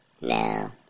Now